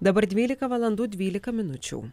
dabar dvylika valandų dvylika minučių